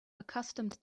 accustomed